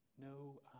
no